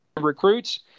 recruits